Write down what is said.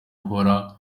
uhora